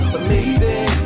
amazing